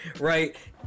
right